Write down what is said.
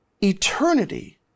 eternity